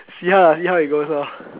see how lah see how it goes lor